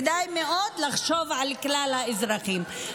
כדאי מאוד לחשוב על כלל האזרחים.